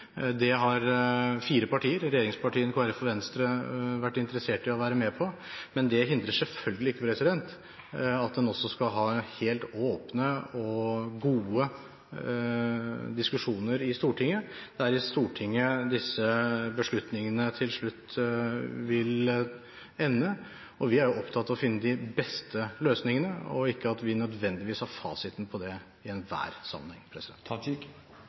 Det har fire partier – regjeringspartiene, Kristelig Folkeparti og Venstre – vært interessert i å være med på. Men det hindrer selvfølgelig ikke at en også skal ha helt åpne og gode diskusjoner i Stortinget. Det er i Stortinget disse beslutningene til slutt vil ende. Vi er opptatt av å finne de beste løsningene, og vi har ikke nødvendigvis fasiten på det i enhver sammenheng.